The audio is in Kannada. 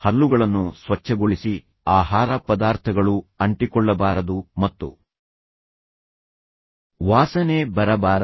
ಹಲ್ಲುಗಳನ್ನು ಸ್ವಚ್ಛಗೊಳಿಸಿ ಆಹಾರ ಪದಾರ್ಥಗಳು ಅಂಟಿಕೊಳ್ಳಬಾರದು ಮತ್ತು ವಾಸನೆ ಬರಬಾರದು